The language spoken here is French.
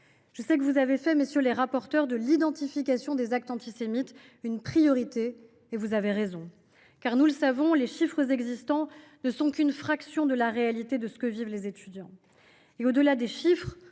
Je sais que vous avez fait, messieurs les rapporteurs, de l’identification des actes antisémites une priorité : vous avez raison. Nous le savons, les chiffres existants ne sont qu’une fraction de la réalité de ce que vivent les étudiants. Au delà des chiffres,